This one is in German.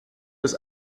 des